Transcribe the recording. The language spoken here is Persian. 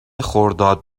خرداد